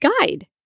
guide